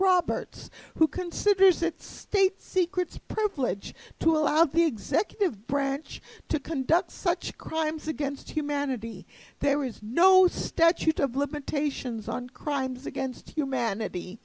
roberts who considers it state secrets privilege to allow the executive branch to conduct such crimes against humanity there is no statute of limitations on crimes against humanity